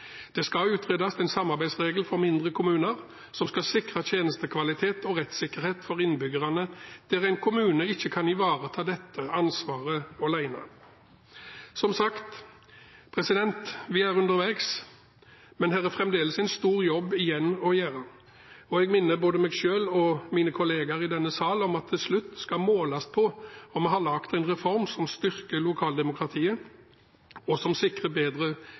Det skal utredes en samarbeidsregel for mindre kommuner som skal sikre tjenestekvalitet og rettssikkerhet for innbyggerne der en kommune ikke kan ivareta dette ansvaret alene. Som sagt, vi er undervegs. Men her er fremdeles en stor jobb igjen å gjøre. Og jeg minner både meg selv og mine kolleger i denne sal om at vi til slutt skal måles på om vi har laget en reform som styrker lokaldemokratiet, og som sikrer bedre